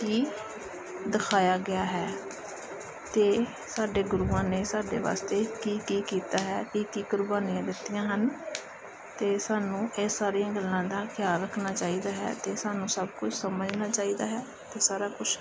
ਕੀ ਦਿਖਾਇਆ ਗਿਆ ਹੈ ਅਤੇ ਸਾਡੇ ਗੁਰੂਆਂ ਨੇ ਸਾਡੇ ਵਾਸਤੇ ਕੀ ਕੀ ਕੀਤਾ ਹੈ ਕੀ ਕੀ ਕੁਰਬਾਨੀਆਂ ਦਿੱਤੀਆਂ ਹਨ ਅਤੇ ਸਾਨੂੰ ਇਹ ਸਾਰੀਆਂ ਗੱਲਾਂ ਦਾ ਖਿਆਲ ਰੱਖਣਾ ਚਾਹੀਦਾ ਹੈ ਅਤੇ ਸਾਨੂੰ ਸਭ ਕੁਛ ਸਮਝਣਾ ਚਾਹੀਦਾ ਹੈ ਅਤੇ ਸਾਰਾ ਕੁਛ